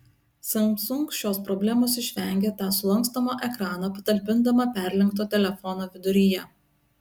samsung šios problemos išvengė tą sulankstomą ekraną patalpindama perlenkto telefono viduryje